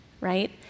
right